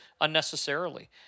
unnecessarily